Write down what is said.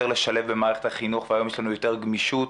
לשלב במערכת החינוך והיום יש לנו יותר גמישות.